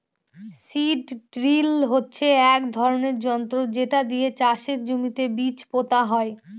seed drill হচ্ছে এক ধরনের যন্ত্র যেটা দিয়ে চাষের জমিতে বীজ পোতা হয়